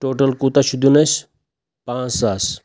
total کوٗتاہ چھُ دیُن اَسہِ پانٛژھ ساس